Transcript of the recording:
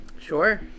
Sure